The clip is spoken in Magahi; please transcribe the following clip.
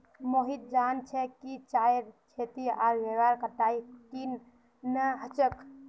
मोहित जान छ कि चाईर खेती आर वहार कटाई केन न ह छेक